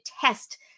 test